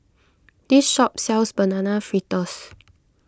this shop sells Banana Fritters